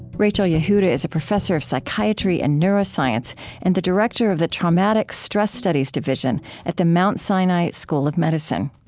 rachel yehuda is a professor of psychiatry and neuroscience and the director of the traumatic stress studies division at the mount sinai school of medicine.